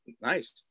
Nice